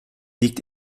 liegt